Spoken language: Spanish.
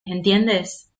entiendes